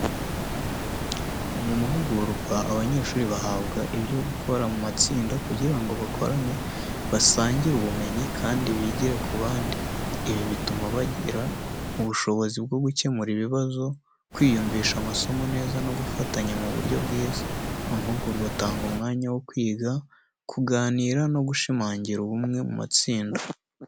Mu mahugurwa, abanyeshuri bahabwa ibyo gukora mu matsinda kugira ngo bakorane basangire ubumenyi, kandi bigire ku bandi. Ibi bituma bagira ubushobozi bwo gukemura ibibazo, kwiyumvisha amasomo neza no gufatanya mu buryo bwiza. Amahugurwa atanga umwanya wo kwiga, kuganira no gushimangira ubumwe mu matsinda.